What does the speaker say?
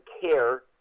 care